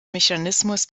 mechanismus